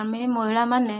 ଆମେ ମହିଳାମାନେ